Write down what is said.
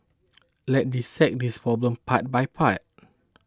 let's dissect this problem part by part